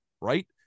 Right